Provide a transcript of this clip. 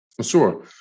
Sure